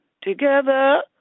Together